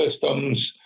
systems